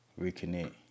reconnect